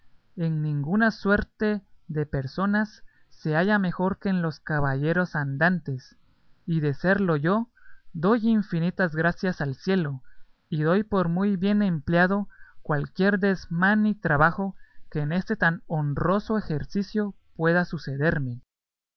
en ninguna suerte de personas se halla mejor que en los caballeros andantes y de serlo yo doy infinitas gracias al cielo y doy por muy bien empleado cualquier desmán y trabajo que en este tan honroso ejercicio pueda sucederme